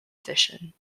edition